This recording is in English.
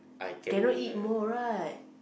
cannot eat more right